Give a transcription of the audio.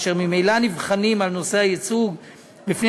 אשר ממילא נבחנים על נושא הייצוג בפני